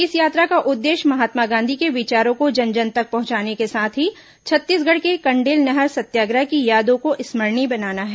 इस यात्रा का उद्देश्य महात्मा गांधी के विचारों को जन जन तक पहुंचाने के साथ ही छत्तीसगढ़ के कण्डेल नहर सत्याग्रह की यादों को स्मरणीय बनाना है